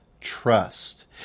trust